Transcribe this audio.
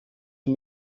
für